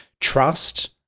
trust